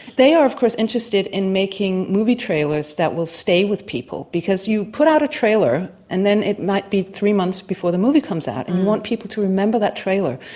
they are, of course, interested in making movie trailers that will stay with people because you put out a trailer and then it might be three months before the movie comes out and you want people to remember that trailer.